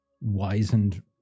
wizened